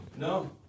No